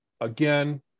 again